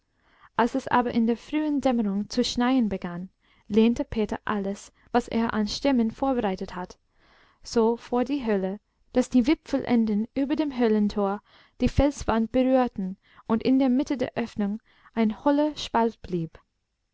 als es aber in der frühen dämmerung zu schneien begann lehnte peter alles was er an stämmen vorbereitet hatte so vor die höhle daß die wipfelenden über dem höhlentor die felswand berührten und in der mitte der öffnung ein hohler spalt blieb